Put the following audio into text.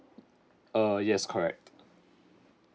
err yes correct